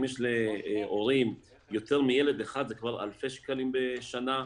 יש להורים יותר מילד אחד זה כבר אלפי שקלים בשנה.